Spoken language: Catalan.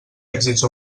èxits